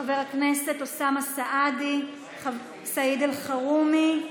ואת חברי הכנסת אוסמה סעדי וסעיד אלחרומי.